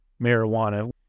marijuana